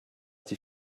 die